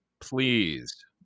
please